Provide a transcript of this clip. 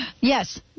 Yes